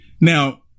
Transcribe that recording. Now